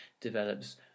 develops